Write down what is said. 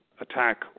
attack